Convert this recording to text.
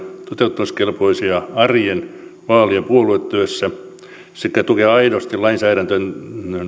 toteuttamiskelpoisia arjen vaali ja puoluetyössä sekä tukea aidosti lainsäädännön